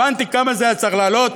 הבנתי כמה זה היה צריך לעלות.